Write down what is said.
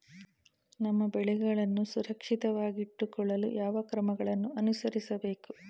ನಮ್ಮ ಬೆಳೆಗಳನ್ನು ಸುರಕ್ಷಿತವಾಗಿಟ್ಟು ಕೊಳ್ಳಲು ಯಾವ ಕ್ರಮಗಳನ್ನು ಅನುಸರಿಸಬೇಕು?